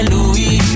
Louis